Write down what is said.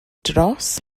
dros